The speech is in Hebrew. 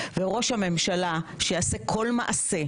וראש הממשלה שיעשה כל מעשה,